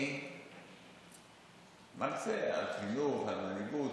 אני מרצה על חינוך, על מנהיגות.